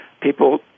People